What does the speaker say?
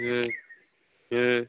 ह्म्म ह्म्म